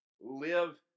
Live